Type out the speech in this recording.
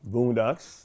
Boondocks